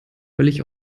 völlig